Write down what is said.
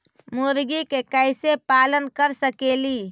मुर्गि के कैसे पालन कर सकेली?